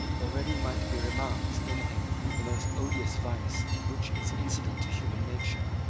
already might be remarked in him the most odious vice which is incident to human nature,